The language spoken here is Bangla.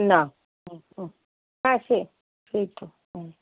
না হুম হুম হ্যাঁ সেই সেই তো হুম